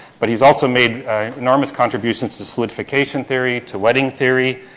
but he's also made enormous contributions to solidification theory, to wetting theory,